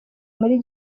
muri